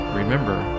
remember